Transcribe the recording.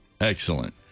Excellent